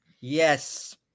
Yes